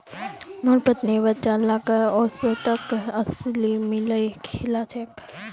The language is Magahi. मोर पत्नी बच्चा लाक ओट्सत अलसी मिलइ खिला छेक